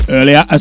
Earlier